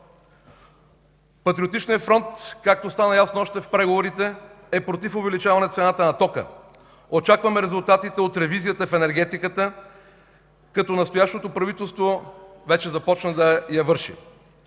Патриотичният фронт, както стана ясно още в преговорите, е против увеличаване цената на тока. Очакваме резултатите от ревизията в енергетиката, като настоящото правителство вече започна да я върши.